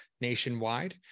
nationwide